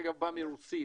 בישראל,